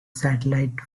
satellite